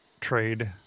trade